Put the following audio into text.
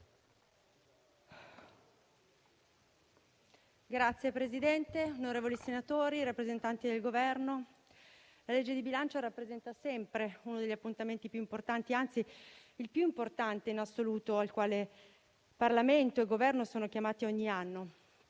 Signor Presidente, onorevoli senatori e rappresentanti del Governo, la legge di bilancio rappresenta sempre uno degli appuntamenti più importanti, anzi il più importante in assoluto, al quale Parlamento e Governo sono chiamati ogni anno.